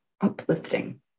uplifting